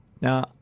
Now